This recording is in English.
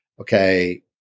okay